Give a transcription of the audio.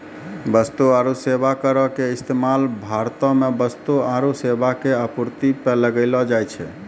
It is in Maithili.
वस्तु आरु सेबा करो के इस्तेमाल भारतो मे वस्तु आरु सेबा के आपूर्ति पे लगैलो जाय छै